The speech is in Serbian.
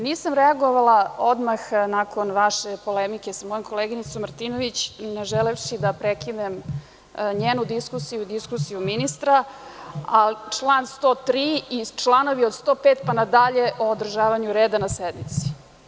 Nisam reagovala odmah nakon vaše polemike s mojom koleginicom Martinović, ne želevši da prekinem njenu diskusiju i diskusiju ministra, ali član 103. i članovi od 105. pa nadalje o održavanju reda na sednici.